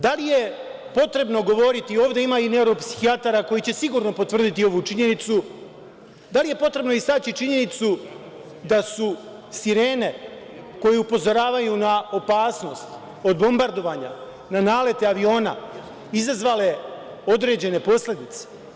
Da li je potrebno govoriti, ovde ima i neuropsihijatara koji će sigurno potvrditi ovu činjenicu, istaći činjenicu da su sirene koje upozoravaju na opasnost od bombardovanja, na nalete aviona izazvale određene posledice?